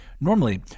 Normally